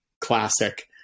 classic